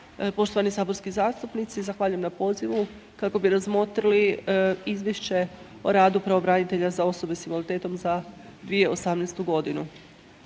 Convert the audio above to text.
poštovani saborski zastupnici, zahvaljujem na pozivu kako bi razmotrili izvješće o radu pravobranitelja za osobe s invaliditetom za 2018. godinu.